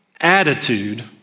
attitude